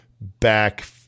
back